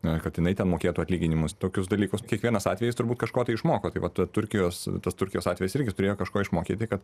na kad jinai ten mokėtų atlyginimus tokius dalykus kiekvienas atvejis turbūt kažko išmoko tai vat turkijos tas turkijos atvejis irgi turėjo kažko išmokyti kad